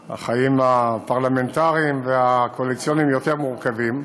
אבל החיים הפרלמנטריים והקואליציוניים יותר מורכבים.